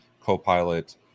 Copilot